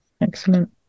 excellent